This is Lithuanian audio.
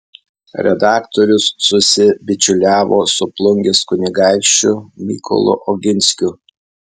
redaktorius susibičiuliavo su plungės kunigaikščiu mykolu oginskiu